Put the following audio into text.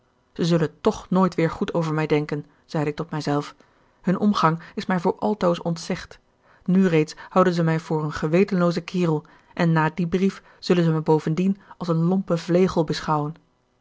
zij zullen tch nooit weer goed over mij denken zeide ik tot mijzelf hun omgang is mij voor altoos ontzegd nu reeds houden ze mij voor een gewetenloozen kerel en na dien brief zullen ze mij bovendien als een lompen vlegel beschouwen